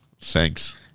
thanks